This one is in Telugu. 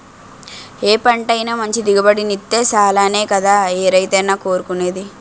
ఏ పంటైనా మంచి దిగుబడినిత్తే సాలనే కదా ఏ రైతైనా కోరుకునేది?